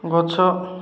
ଗଛ